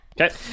okay